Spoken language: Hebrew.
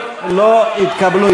לא התקבלו,